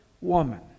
woman